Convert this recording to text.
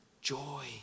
joy